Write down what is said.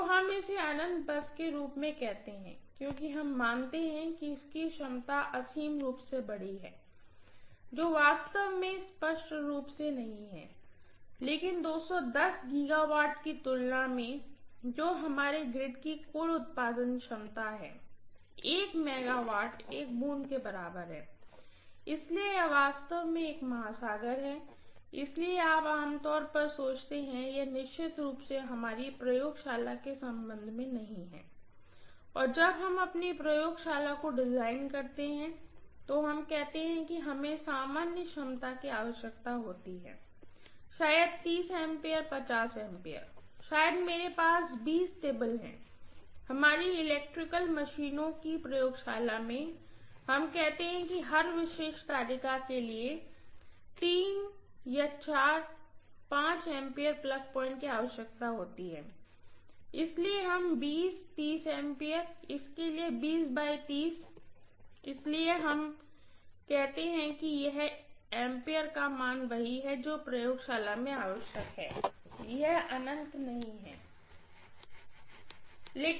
तो हम इसे अनंत बस के रूप में कहते हैं क्योंकि हम मानते हैं कि इसकी क्षमता असीम रूप से बड़ी है जो वास्तव में स्पष्ट रूप से नहीं है लेकिन 210 GW की तुलना में जो हमारे ग्रिड की कुल उत्पादन क्षमता है 1 MW एक बूंद से कम है इसलिए यह वास्तव में एक महासागर है इसलिए आप आमतौर पर सोचते हैं कि यह निश्चित रूप से हमारी प्रयोगशाला के संबंध में नहीं है और जब हम अपनी प्रयोगशाला को डिजाइन करते हैं तो हम कहते हैं कि हमें सामान्य क्षमता की आवश्यकता होती है शायद 30 A 50 A शायद अगर मेरे पास 20 टेबल हैं हमारी इलेक्ट्रिकल मशीनों की प्रयोगशाला में हम कहते हैं कि हर विशेष तालिका के लिए 3 या 4 5 A प्लग पॉइंट की आवश्यकता होती है इसलिए हम 20 30 A इसलिए 20x30 इसलिए हम कहते हैं कि यह A मान वही है जो इस प्रयोगशाला में आवश्यक है यह अनंत नहीं है